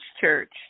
church